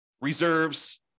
reserves